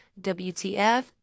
WTF